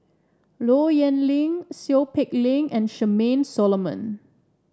Low Yen Ling Seow Peck Leng and Charmaine Solomon